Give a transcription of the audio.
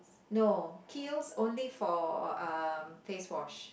no Kiehl's only for uh face wash